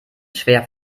schwer